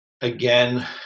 again